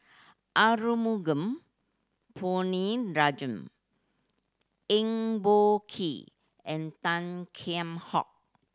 Arumugam Ponnu Rajah Eng Boh Kee and Tan Kheam Hock